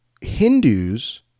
Hindus